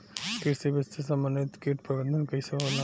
कृषि विधि से समन्वित कीट प्रबंधन कइसे होला?